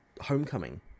Homecoming